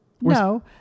No